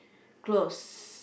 close